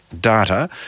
data